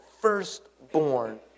firstborn